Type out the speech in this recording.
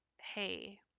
hey